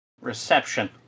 Reception